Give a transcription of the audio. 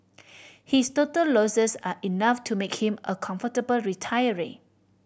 his total losses are enough to make him a comfortable retiree